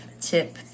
tip